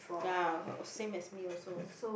ya same as me also